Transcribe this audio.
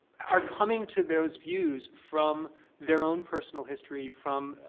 are coming to those views from their own personal history, from,